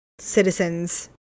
citizens